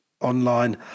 online